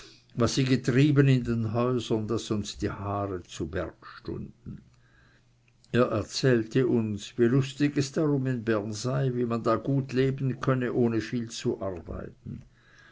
was sie getrieben in den häusern daß uns die haare zu berge stunden er erzählte uns wie lustig es darum in bern sei wie man da gut leben könne ohne viel zu arbeiten